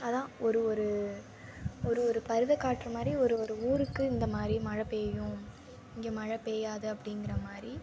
அதான் ஒரு ஒரு ஒரு ஒரு பருவக்காற்றுமாதிரி ஒரு ஒரு ஊருக்கு இந்தமாதிரி மழை பேய்யும் இங்க மழை பேயாது அப்டிங்கிற மாதிரி